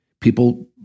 people